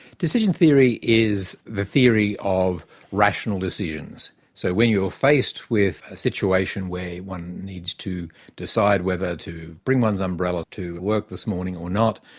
decision theory is the theory of rational decisions. so, when you're faced with a situation where one needs to decide whether to bring one's umbrella to work this morning or not,